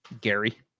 Gary